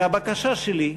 והבקשה שלי,